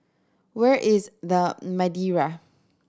where is The Madeira